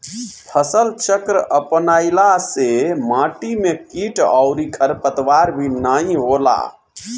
फसलचक्र अपनईला से माटी में किट अउरी खरपतवार भी नाई होला